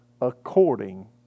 according